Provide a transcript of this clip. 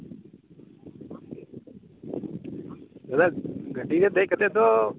ᱵᱮᱥ ᱜᱟᱹᱰᱤ ᱨᱮ ᱫᱮᱡ ᱠᱟᱛᱮ ᱫᱚ